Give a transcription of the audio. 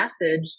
message